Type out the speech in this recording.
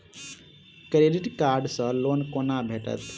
Credit card सँ loan कोना भेटत?